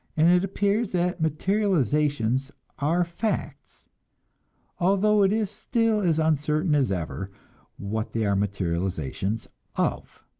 and it appears that materializations are facts although it is still as uncertain as ever what they are materializations of.